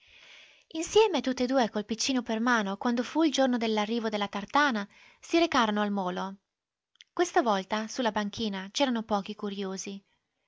compare insieme tutt'e due col piccino per mano quando fu il giorno dell'arrivo della tartana si recarono al molo questa volta su la banchina c'erano pochi curiosi